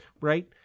right